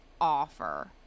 Offer